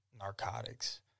narcotics